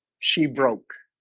she broke